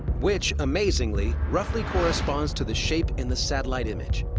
which, amazingly, roughly corresponds to the shape in the satellite image.